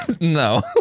No